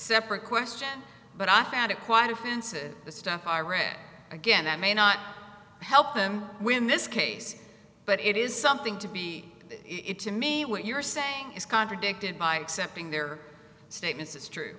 separate question but i found it quite offensive the stuff i read again that may not help him win this case but it is something to be it to me what you're saying is contradicted by accepting their statements is true